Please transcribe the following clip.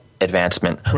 advancement